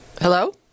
Hello